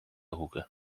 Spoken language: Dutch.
hoeken